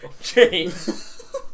James